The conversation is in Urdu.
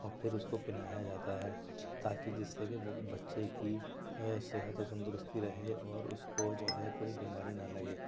اور پھر اُس کو پہنایا جاتا ہے تاکہ جس سے کہ وہ بچے کی صحت و تندرستی رہے اور اُس کو جو ہے کوئی بیماری نہ لگے